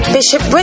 Bishop